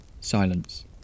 Silence